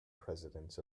presidents